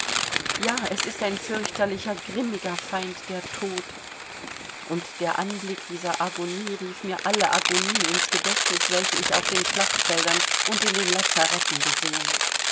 ja es ist ein fürchterlicher grimmer feind der tod und der anblick dieser agonie rief mir alle agonien ins gedächtnis welche ich auf den schlachtfeldern und in den lazaretten gesehen